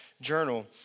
journal